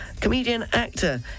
comedian-actor